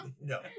No